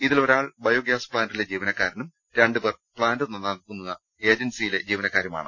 ഇതിൽ ഒരാൾ ബയോഗ്യാസ് പ്ലാന്റിലെ ജീവനക്കാരനും രണ്ടുപേർ പ്ലാന്റ് നന്നാക്കുന്ന ഏജൻസിയിലെ ജീവനക്കാരുമാണ്